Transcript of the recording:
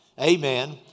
amen